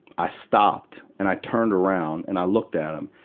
i stopped and i turned around and i looked at him,